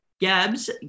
Gabs